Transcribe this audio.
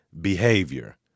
behavior